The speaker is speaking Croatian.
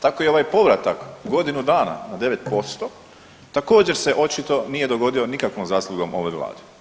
Tako i ovaj povratak godinu dana 9% također se očito nije dogodio nikakvom zaslugom ove vlade.